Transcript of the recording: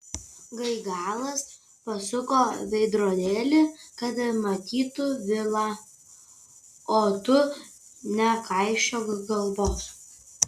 gaigalas pasuko veidrodėlį kad matytų vilą o tu nekaišiok galvos